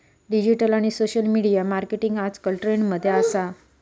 digital आणि social media marketing आजकल trend मध्ये असा